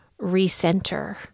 recenter